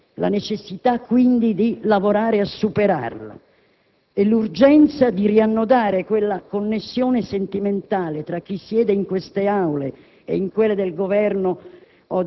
la necessità quindi di lavorare per superarla e l'urgenza di riannodare quella «connessione sentimentale» tra chi siede in queste Aule, e sui banchi del Governo